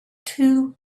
two